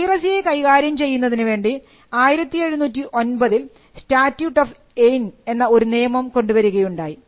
പൈറസിയെ കൈകാര്യം ചെയ്യുന്നതിന് വേണ്ടി 1709 ൽ സ്റ്റാറ്റ്യൂട്ട് ഓഫ് ഏയ്ൻ എന്ന ഒരു നിയമം കൊണ്ടുവരികയുണ്ടായി